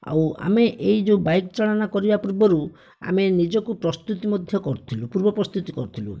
ଆଉ ଆମେ ଏହି ଯେଉଁ ବାଇକ ଚାଳନା କରିବା ପୂର୍ବରୁ ଆମେ ନିଜକୁ ପ୍ରସ୍ତୁତି ମଧ୍ୟ କରୁଥିଲୁ ପୂର୍ବ ପ୍ରସ୍ତୁତି କରିଥିଲୁ